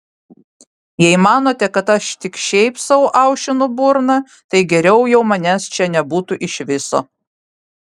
jei manote kad aš tik šiaip sau aušinu burną tai geriau jau manęs čia nebūtų iš viso